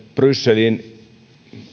brysseliin